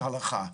כהכלה.